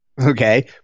Okay